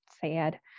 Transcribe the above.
Sad